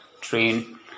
train